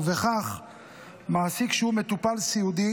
ובכך מעסיק שהוא מטופל סיעודי